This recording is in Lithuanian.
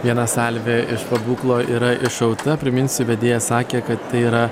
viena salvė iš pabūklo yra iššauta priminsiu vedėja sakė kad tai yra